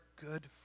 good